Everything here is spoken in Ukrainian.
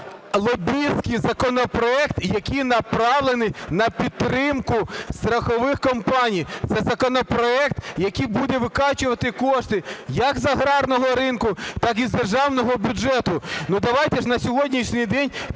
є лобістський законопроект, який направлений на підтримку страхових компаній? Це законопроект, який буде викачувати кошти, як з аграрного ринку, так і з державного бюджету. Давайте на сьогоднішній день